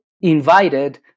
invited